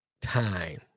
time